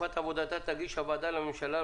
ש"בתקופת עבודתה תגיש הוועדה לממשלה,